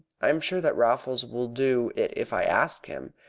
i am sure that raffles will do it if i ask him.